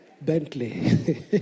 Bentley